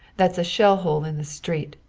that's a shell hole in the street.